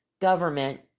government